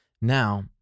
Now